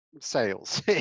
sales